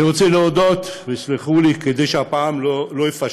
אני רוצה להודות, וסלחו לי, כדי שהפעם לא אפשל,